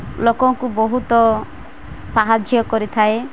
ଲୋକଙ୍କୁ ବହୁତ ସାହାଯ୍ୟ କରିଥାଏ